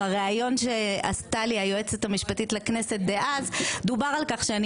בריאיון שעשתה לי היועצת המשפטית לכנסת דאז דובר על כך שאני